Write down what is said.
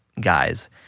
guys